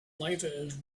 life